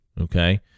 Okay